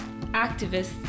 activists